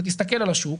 היא תסתכל על השוק,